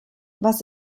was